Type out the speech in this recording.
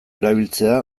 erabiltzea